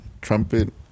trumpet